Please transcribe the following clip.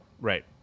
Right